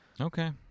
Okay